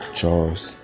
Charles